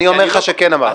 אני אומר לך שכן אמר.